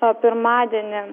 o pirmadienį